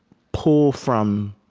pull from